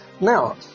Now